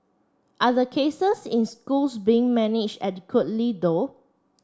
are the cases in schools being managed adequately though